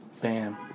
Bam